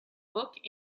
book